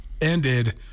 ended